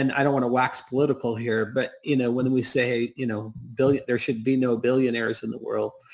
and i don't want to wax political here but you know when and we say you know there should be no billionaires in the world.